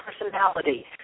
personality